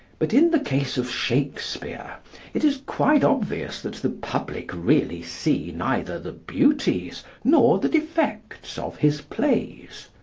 but in the case of shakespeare it is quite obvious that the public really see neither the beauties nor the defects of his plays.